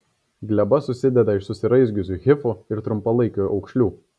gleba susideda iš susiraizgiusių hifų ir trumpalaikių aukšlių